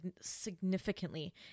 significantly